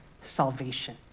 salvation